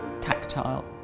tactile